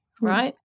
right